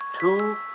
Two